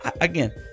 Again